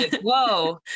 whoa